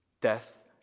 Death